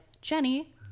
jenny